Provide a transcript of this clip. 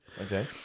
Okay